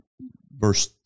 Verse